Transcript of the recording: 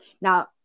Now